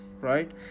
right